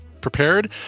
prepared